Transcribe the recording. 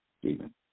Stephen